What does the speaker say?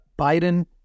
Biden